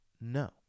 No